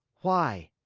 why?